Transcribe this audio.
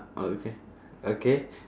okay okay